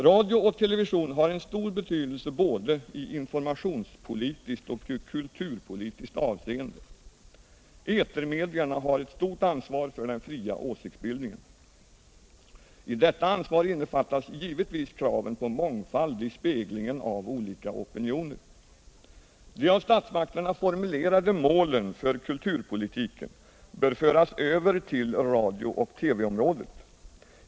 Radio och television har en stor betydelse både i informationspolitiskt och i kulturpolitiskt avseende. Etermedierna har ett stort ansvar för den fria åsiktsbildningen. I detta ansvar innefattas givetvis kraven på mångfald i speglingen av olika opinioner. De av statsmakterna formulerade målen för kulturpolitiken bör föras över till radio och TV området.